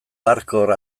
hardcore